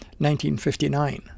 1959